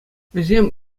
вӗсем